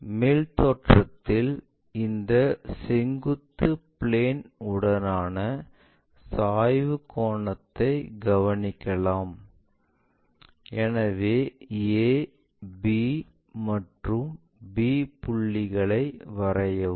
மேல் தோற்றத்தில் இந்த செங்குத்து பிளேன் உடனான சாய்வு கோணத்தை கவனிக்கலாம் a b மற்றும் c புள்ளிகளை வரையவும்